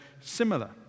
similar